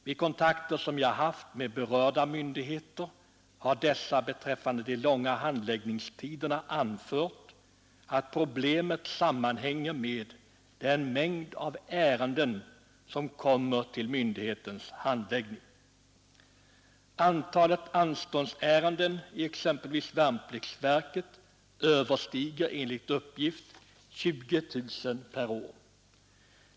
Vid kontakter som jag har haft med berörda myndigheter har dessa beträffande de långa handläggningstiderna anfört att problemet sammanhänger med den mängd ärenden som skall handläggas av respektive myndighet. Antalet anståndsärenden i exempelvis värnpliktsverket överstiger enligt uppgift 20 000 per år.